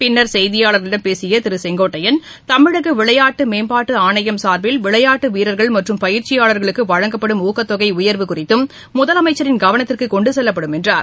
பின்னர் செய்தியாளர்களிடம் பேசிய திரு செங்கோட்டையன் தமிழக விளையாட்டு மேம்பாட்டு ஆணையம் சார்பில் விளையாட்டு வீரர்கள் மற்றும் பயிற்சியாளர்களுக்கு வழங்கப்படும் ஊக்கத் தொகை உயர்வு குறித்தும் முதலமைச்சரின் கவனத்திற்கு கொண்டு செல்லப்படும் என்றார்